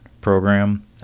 program